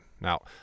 Now